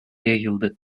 yayıldı